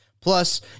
Plus